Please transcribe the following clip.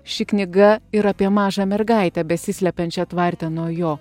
ši knyga ir apie mažą mergaitę besislepiančią tvarte nuo jo